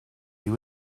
you